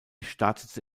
startete